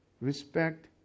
respect